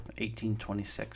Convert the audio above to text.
1826